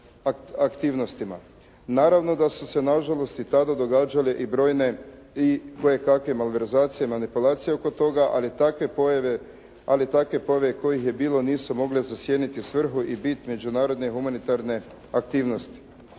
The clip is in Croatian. aktivnostima. Naravno da su se nažalost i tada događale i brojne i kojekakve malverzacije, manipulacije oko toga, ali takve pojave kojih je bilo nisu mogle zasjeniti svrhu i bit međunarodne humanitarne aktivnosti.